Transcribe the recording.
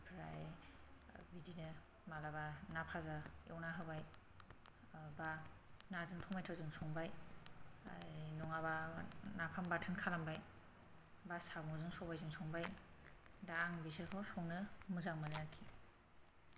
आमफ्राय बिदिनो मालाबा ना भाजा एवना होबाय बा नाजों टमेट'जों संबाय नङाबा नाफाम बाथोन खालामबाय बा साम'जों सबायजों संबाय दा आं बिफोरखो संनो मोजां मोनो आरो खि